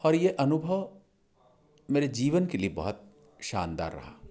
और ये अनुभव मेरे जीवन के लिए बहुत शानदार रहा